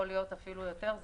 זה יכול להיות אפילו יותר,